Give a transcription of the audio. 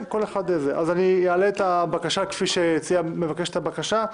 אעלה את הבקשה כפי שהציעה מבקשת הבקשה.